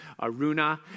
Aruna